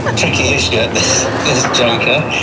ah tricky issue at this this juncture,